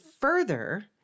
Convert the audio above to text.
further